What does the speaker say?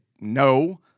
no